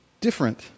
different